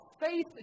faith